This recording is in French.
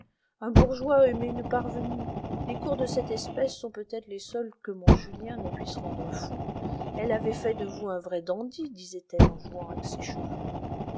un bourgeois aimer une parvenue les cours de cette espèce sont peut-être les seuls que mon julien ne puisse rendre fous elle avait fait de vous un vrai dandy disait-elle en jouant avec ses cheveux